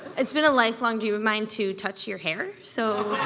it's been a lifelong dream of mine to touch your hair. so